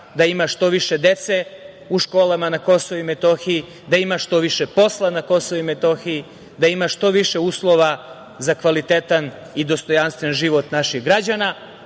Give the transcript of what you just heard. da ima što više dece u školama na Kosovu i Metohiji, da ima što više posla na Kosovu i Metohiji, da ima što više uslova za kvalitetan i dostojanstven život naših građana,